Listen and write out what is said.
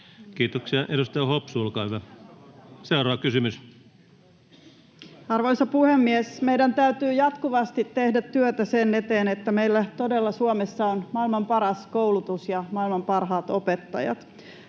nostamisesta (Inka Hopsu vihr) Time: 16:57 Content: Arvoisa puhemies! Meidän täytyy jatkuvasti tehdä työtä sen eteen, että meillä todella Suomessa on maailman paras koulutus ja maailman parhaat opettajat.